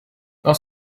dans